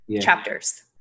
chapters